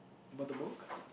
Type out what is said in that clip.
about the book